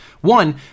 one